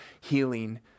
healing